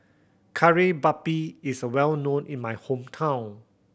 Kari Babi is a well known in my hometown